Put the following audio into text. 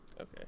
Okay